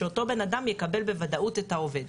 שאותו בן אדם יקבל בוודאות את העובד,